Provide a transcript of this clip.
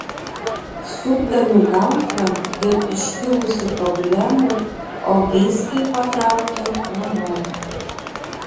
sukdami galvą dėl iškilusių problemų oginskiai patraukė namo